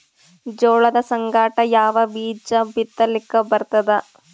ಜೋಳದ ಸಂಗಾಟ ಯಾವ ಬೀಜಾ ಬಿತಲಿಕ್ಕ ಬರ್ತಾದ?